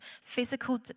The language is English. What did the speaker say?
physical